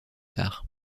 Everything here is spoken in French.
tard